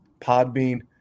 Podbean